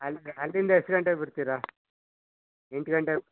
ಅಲ್ಲಿ ಅಲ್ಲಿಂದ ಎಷ್ಟು ಗಂಟೆಗೆ ಬಿಡ್ತೀರ ಎಂಟು ಗಂಟೆ